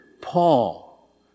Paul